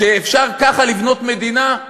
שאפשר ככה לבנות מדינה?